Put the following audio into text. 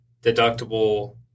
deductible